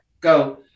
go